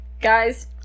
guys